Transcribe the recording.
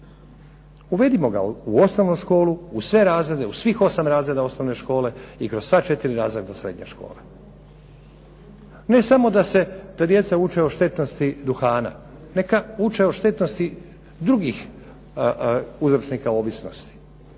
Uvedimo ga u osnovnu školu, u sve razrede, u svim osam razreda osnovne škole i kroz sva četiri razreda srednje škole. Ne samo da se, ta djeca uče o štetnosti duhana. Neka uče o štetnosti drugih uzročnika ovisnosti.